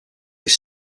this